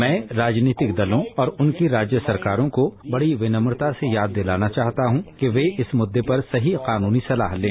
मैं राजनीतिक दलों और उनकी राज्य सरकारों को बड़ी विनम्रता से याद दिलाना चाहता हूं कि वे इस मुद्दे पर सही कानूनी सलाह लें